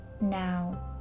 now